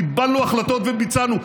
קיבלנו החלטות וביצענו.